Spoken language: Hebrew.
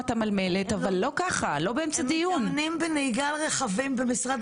נקבע במשרד